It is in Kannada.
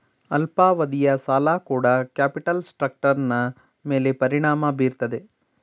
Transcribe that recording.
ಅಲ್ಪಾವಧಿಯ ಸಾಲ ಕೂಡ ಕ್ಯಾಪಿಟಲ್ ಸ್ಟ್ರಕ್ಟರ್ನ ಮೇಲೆ ಪರಿಣಾಮ ಬೀರುತ್ತದೆ